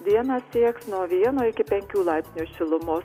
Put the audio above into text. dieną sieks nuo vieno iki penkių laipsnių šilumo